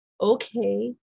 okay